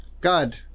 God